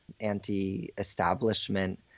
anti-establishment